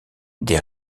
des